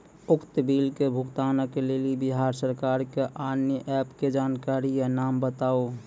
उक्त बिलक भुगतानक लेल बिहार सरकारक आअन्य एप के जानकारी या नाम बताऊ?